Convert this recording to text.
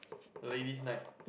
Ladies Night